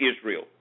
Israel